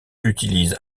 utilise